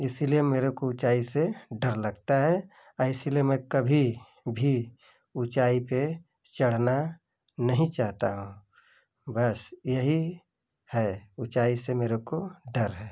इसलिए मेरे को ऊँचाई से डर लगता है आ इसलिए मैं कभी भी ऊँचाई पर चढ़ना नहीं चाहता हूँ बस यही है ऊँचाई से मेरे को डर है